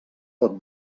pot